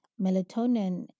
Melatonin